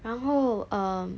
然后 um